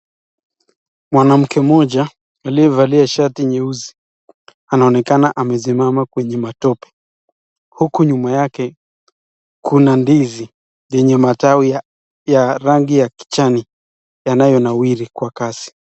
Mwanamke moja aliyevalia shati nyeusi anaonekana amesimama kwenye matope huku nyuma yake kuna ndizi lenye matawi ya rangi ya kijani yanayonawiri kwa kasi.